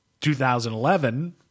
2011